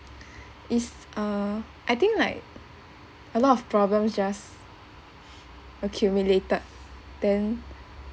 is uh I think like a lot of problems just accumulated then